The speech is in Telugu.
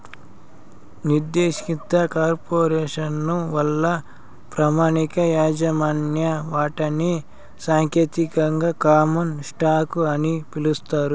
నిర్దేశిత కార్పొరేసను వల్ల ప్రామాణిక యాజమాన్య వాటాని సాంకేతికంగా కామన్ స్టాకు అని పిలుస్తారు